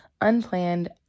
unplanned